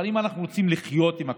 אבל אם אנחנו רוצים לחיות עם הקורונה,